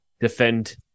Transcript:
defend